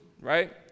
right